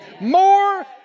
More